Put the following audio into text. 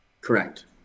Correct